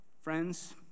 friends